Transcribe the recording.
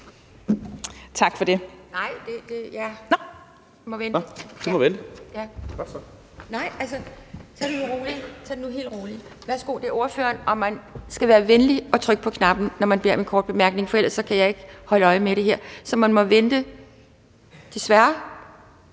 Tak for det.